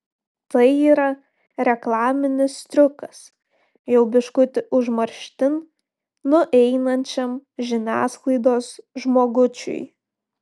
tai yra reklaminis triukas jau biškutį užmarštin nueinančiam žiniasklaidos žmogučiui